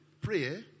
prayer